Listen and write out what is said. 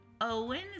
Owen